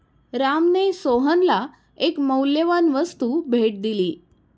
रामने सोहनला एक मौल्यवान वस्तू भेट दिली